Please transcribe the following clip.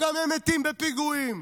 וגם הם מתים בפיגועים,